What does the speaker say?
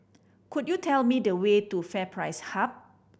could you tell me the way to FairPrice Hub